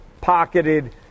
pocketed